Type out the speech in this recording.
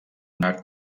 una